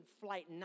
Flight